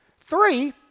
Three